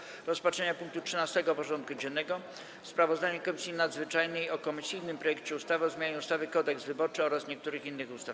Powracamy do rozpatrzenia punktu 13. porządku dziennego: Sprawozdanie Komisji Nadzwyczajnej o komisyjnym projekcie ustawy o zmianie ustawy Kodeks wyborczy oraz niektórych innych ustaw.